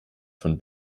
von